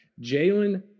Jalen